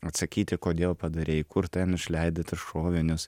atsakyti kodėl padarei kur ten išleidai tuos šovinius